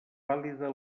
vàlida